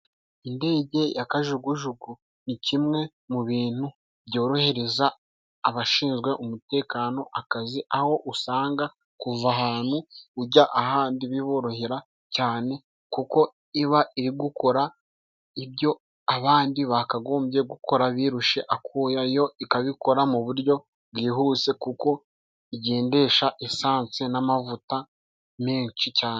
Indege ya kajugujugu ni kimwe mu bintu byorohereza abashinzwe umutekano akazi, aho usanga kuva ahantu ujya ahandi biborohera cyane kuko iba iri gukora ibyo abandi bakagombye gukora biyushye akuya yo ikabikora mu buryo bwihuse kuko igendesha esanse n'amavuta menshi cyane.